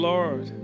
Lord